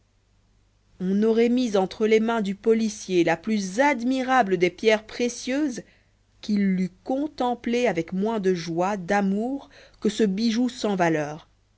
on aurait mis entre les mains du policier la plus admirable des pierres précieuses qu'il l'eût contemplée avec moins de joie d'amour que ce bijou sans valeur